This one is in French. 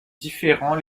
différents